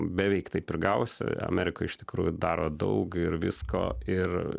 beveik taip ir gavosi amerika iš tikrųjų daro daug ir visko ir